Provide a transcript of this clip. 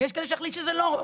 ויש מי שיחליט שזה לא.